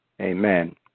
Amen